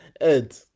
Ed